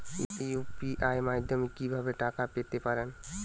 UPI মাধ্যমে কি ভাবে টাকা পেতে পারেন?